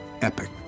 Epic